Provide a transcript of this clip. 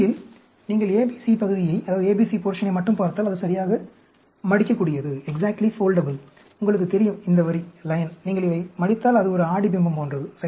எனவே நீங்கள் ABC பகுதியை மட்டும் பார்த்தால் அது சரியாக மடிக்கக்கூடியது உங்களுக்கு தெரியும் இந்த வரி நீங்கள் இதை மடித்தால் அது ஒரு ஆடி பிம்பம் போன்றது சரிதானே